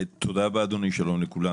תודה רבה, אדוני, שלום לכולם.